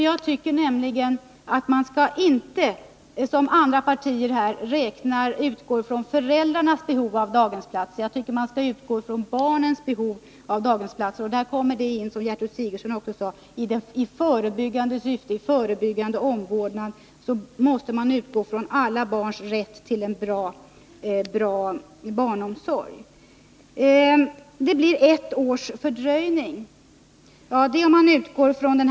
Jag tycker nämligen att man inte, vilket andra partier gör, skall utgå från föräldrarnas behov av daghemsplatser. Man skall i stället utgå från barnens behov av daghemsplatser. Här kommer också det in som Gertrud Sigurdsen sade om det förebyggande syftet. I förebyggande syfte måste vi utgå från alla barns rätt till en bra barnomsorg. Det blir ett års fördröjning innan vi har nått målet för barnomsorgens utbyggnad, sade Karin Söder.